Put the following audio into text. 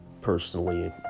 personally